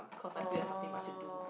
cause I feel there's nothing much to do